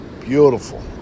beautiful